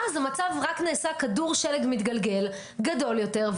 ואז המצב רק נעשה כדור שלג מתגלגל וגדול יותר.